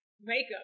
Makeup